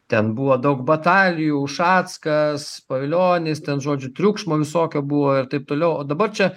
ten buvo daug batalijų ušackas pavilionis ten žodžiu triukšmo visokio buvo ir taip toliau o dabar čia